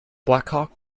blackhawk